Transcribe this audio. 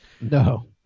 no